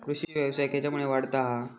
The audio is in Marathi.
कृषीव्यवसाय खेच्यामुळे वाढता हा?